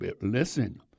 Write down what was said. listen